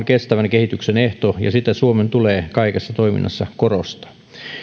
kestävän kehityksen ehto ja sitä suomen tulee kaikessa toiminnassa korostaa